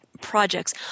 projects